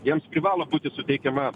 jiems privalo būti suteikiama